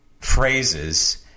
phrases